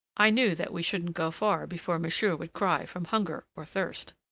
i knew that we shouldn't go far before monsieur would cry from hunger or thirst.